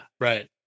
right